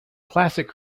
classic